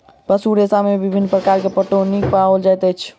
पशु रेशा में विभिन्न प्रकार के प्रोटीन पाओल जाइत अछि